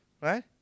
right